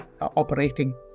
operating